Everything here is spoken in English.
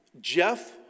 Jeff